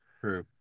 True